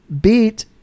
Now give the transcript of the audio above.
beat